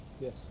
Yes